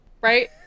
right